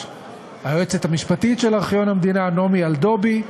והיועצת המשפטית של ארכיון המדינה נעמי אלדובי.